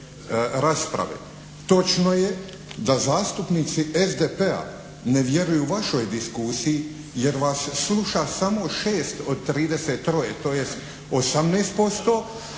Točno je da zastupnici SDP-a ne vjeruju vašoj diskusiji jer vas sluša samo 6 od 33 tj. 18%,